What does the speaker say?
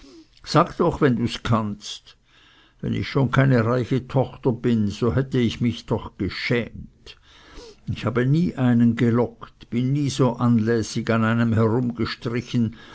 sags doch wenn du kannst wenn ich schon keine reiche tochter bin so hätte ich mich doch geschämt ich habe nie einen gelockt bin nie so anlässig an einem